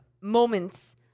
moments